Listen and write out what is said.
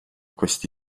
questi